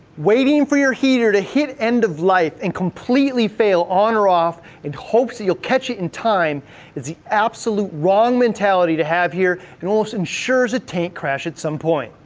waiting for your heater to hit end of life and completely fail on or off in hopes that you'll catch it in time is the absolute wrong mentality to have here and almost ensures a tank crash at some point.